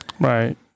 right